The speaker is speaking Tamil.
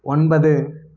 ஒன்பது